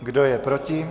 Kdo je proti?